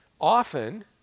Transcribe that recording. Often